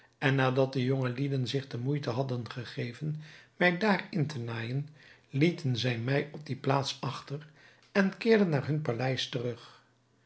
en nadat de jongelieden zich de moeite hadden gegeven mij daarin te naaijen lieten zij mij op die plaats achter en keerden naar hun paleis terug